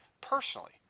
personally